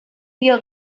wir